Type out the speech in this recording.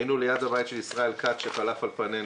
היינו ליד הבית של ישראל כץ, שחלף על פנינו.